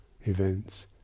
events